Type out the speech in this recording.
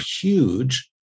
huge